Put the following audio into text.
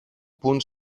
punt